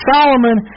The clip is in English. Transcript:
Solomon